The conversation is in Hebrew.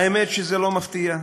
האמת, זה לא מפתיע.